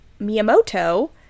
miyamoto